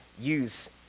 use